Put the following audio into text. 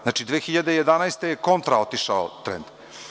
Znači, 2011. godine je kontra otišao trend.